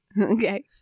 Okay